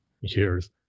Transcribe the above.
years